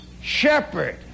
Shepherd